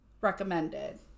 recommended